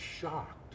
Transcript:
shocked